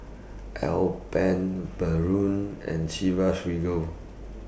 Alpen Braun and Chivas Regal